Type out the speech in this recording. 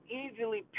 easily